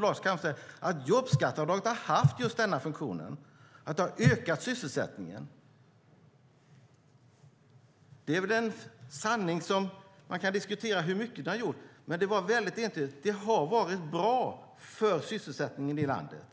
Lars Calmfors säga att jobbskatteavdraget har haft funktionen att det har ökat sysselsättningen. Det är en sanning där man kan diskutera hur mycket det har inverkat, men det var entydigt att jobbskatteavdraget har varit bra för sysselsättningen i landet.